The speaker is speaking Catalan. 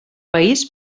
país